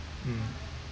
mm